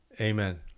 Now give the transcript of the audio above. Amen